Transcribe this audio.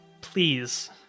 please